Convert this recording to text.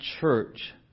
church